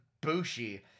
Bushi